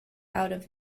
out